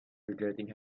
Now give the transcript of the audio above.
regretting